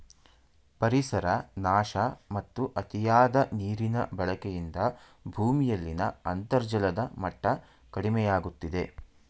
ಪರಿಸರ ನಾಶ ಮತ್ತು ಅತಿಯಾದ ನೀರಿನ ಬಳಕೆಯಿಂದ ಭೂಮಿಯಲ್ಲಿನ ಅಂತರ್ಜಲದ ಮಟ್ಟ ಕಡಿಮೆಯಾಗುತ್ತಿದೆ